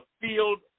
field